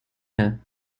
her